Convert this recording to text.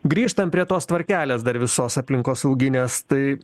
grįžtam prie tos tvarkelės dar visos aplinkosauginės tai